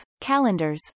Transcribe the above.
calendars